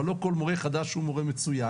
אבל לא כל מורה חדש הוא מורה מצוין,